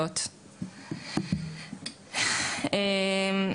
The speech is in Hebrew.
בפסק הדין הם כותבים שם שבאמת אם הייתם שואלים